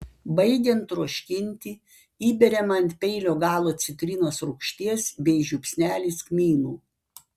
baigiant troškinti įberiama ant peilio galo citrinos rūgšties bei žiupsnelis kmynų